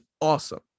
awesome